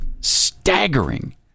staggering